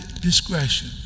discretion